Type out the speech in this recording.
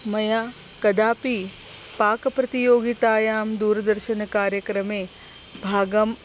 मया कदापि पाकप्रतियोगितायां दूरदर्शनकार्यक्रमे भागं